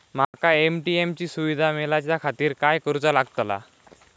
माका ए.टी.एम ची सुविधा मेलाच्याखातिर काय करूचा लागतला?